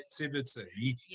activity